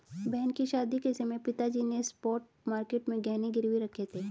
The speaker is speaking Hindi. बहन की शादी के समय पिताजी ने स्पॉट मार्केट में गहने गिरवी रखे थे